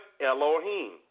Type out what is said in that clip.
Elohim